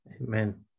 amen